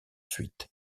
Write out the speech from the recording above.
suite